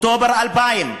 אוקטובר 2000,